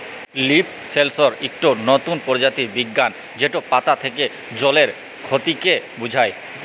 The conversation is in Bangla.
লিফ সেলসর ইকট লতুল পরযুক্তি বিজ্ঞাল যেট পাতা থ্যাকে জলের খতিকে বুঝায়